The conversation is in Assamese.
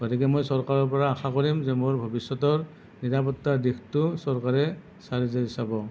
গতিকে মই চৰকাৰৰ পৰা আশা কৰিম যে মোৰ ভৱিষ্যতৰ নিৰাপত্তাৰ দিশটোও চৰকাৰে চালি জাৰি চাব